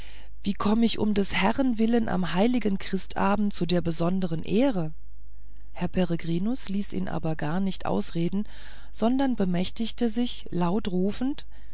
wie komm ich um des herrn willen am heiligen christabend zu der besondern ehre herr peregrinus ließ ihn aber gar nicht ausreden sondern bemächtigte sich laut rufend